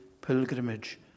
pilgrimage